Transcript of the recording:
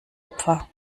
opfer